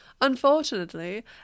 Unfortunately